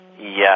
Yes